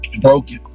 Broken